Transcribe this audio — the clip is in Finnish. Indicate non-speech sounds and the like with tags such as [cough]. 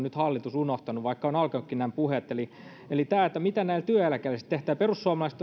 [unintelligible] nyt unohtanut nämä työeläkeläiset vaikka on alettukin tästä puhua eli mitä näille työeläkeläisille sitten tehdään perussuomalaiset [unintelligible]